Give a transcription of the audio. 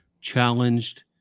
challenged